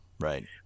Right